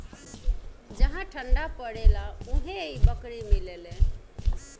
जहा ठंडा परेला उहे इ बकरी मिलेले